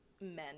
men